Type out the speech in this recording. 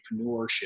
entrepreneurship